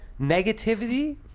negativity